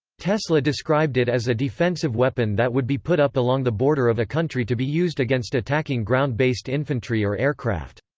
tesla described it as a defensive weapon that would be put up along the border of a country to be used against attacking ground-based infantry or aircraft.